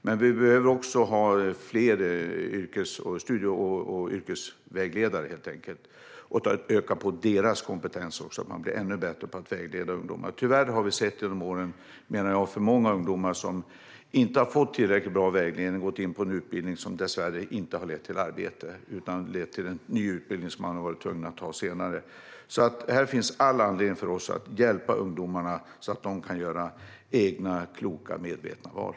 Men vi behöver också ha fler studie och yrkesvägledare och öka deras kompetens så att de blir ännu bättre på att vägleda ungdomar. Tyvärr har vi genom åren sett för många ungdomar som inte har fått tillräckligt bra vägledning och har gått in på en utbildning som dessvärre inte har lett till arbete utan till att de senare tvingats till en ny utbildning. Här finns därför all anledning för oss att hjälpa ungdomarna så att de kan göra kloka, medvetna val.